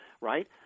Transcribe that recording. right